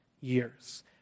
years